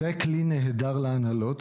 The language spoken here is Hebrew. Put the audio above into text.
זה כלי נהדר להנהלות,